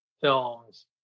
films